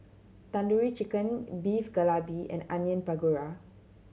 Tandoori Chicken Beef Galbi and Onion Pakora